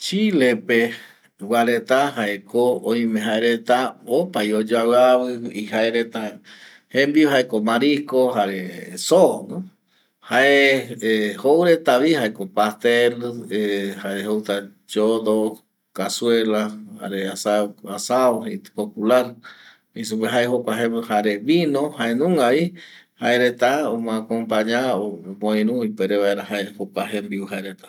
Chile pegua reta jae ko oime jaereta opavi oyoaviavi jaereta jembiu jaeko marisco jare soo jare jouretavi pastel jare jouretavi chodo, cazuela jare asao, asao popular jei reta supe jae jokua jae jare vino jaenungavi jaereta omo acompaña omoiru ipuere vaera jae jokua jembiu jaereta jou